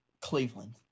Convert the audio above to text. Cleveland